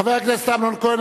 חבר הכנסת אמנון כהן,